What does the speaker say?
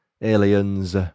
Aliens